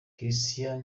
christian